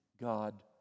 God